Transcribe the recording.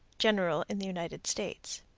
general in the united states.